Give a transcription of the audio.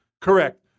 Correct